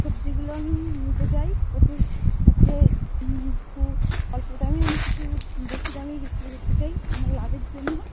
সবজিগুলো আমি নিতে চাই প্রচুর হচ্ছে কিন্তু অল্প দামে আমি কিছু বেশি দামে বিক্রি করতে চাই আমার লাভের জন্যেও